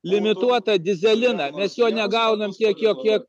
limituotą dyzeliną mes jo negaunam tiek jo kiek